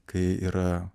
kai yra